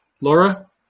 Laura